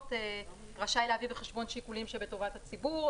רשאי להביא בחשבון שיקולים לטובת הציבור.